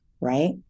right